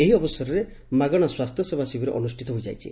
ଏହି ଅବସରରେ ମାଗଣା ସ୍ୱାସ୍ଥ୍ୟସେବା ଶିବିର ଅନୁଷିତ ହୋଇଯାଇଛି